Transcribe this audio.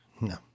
No